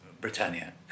Britannia